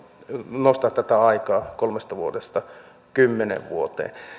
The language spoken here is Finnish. nostaa tätä aikaa kolmesta vuodesta kymmeneen vuoteen